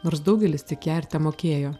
nors daugelis tik ją ir temokėjo